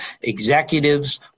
executives